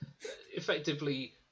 Effectively